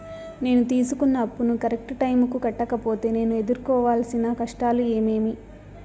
నేను తీసుకున్న అప్పును కరెక్టు టైముకి కట్టకపోతే నేను ఎదురుకోవాల్సిన కష్టాలు ఏమీమి?